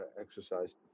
exercise